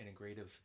integrative